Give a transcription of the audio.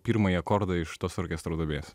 pirmąjį akordą iš tos orkestro dalies